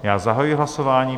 Já zahajuji hlasování.